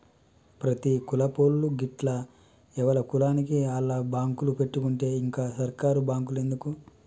ప్రతి కులపోళ్లూ గిట్ల ఎవల కులానికి ఆళ్ల బాంకులు పెట్టుకుంటే ఇంక సర్కారు బాంకులెందుకు